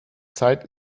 zeit